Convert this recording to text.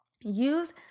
use